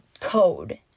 code